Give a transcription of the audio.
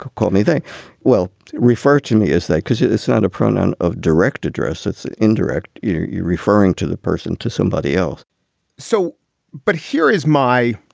call me. they will refer to me as that because it is not a pronoun of direct address. it's indirect. you're you're referring to the person to somebody else so but here is my.